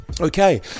Okay